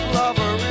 lover